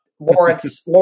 Lawrence